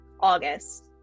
August